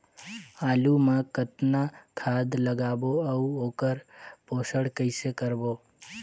आलू मा कतना खाद लगाबो अउ ओकर पोषण कइसे करबो?